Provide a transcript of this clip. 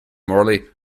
morley